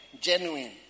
genuine